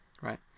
right